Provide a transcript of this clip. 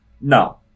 No